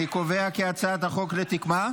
תודה רבה.